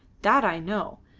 that i know!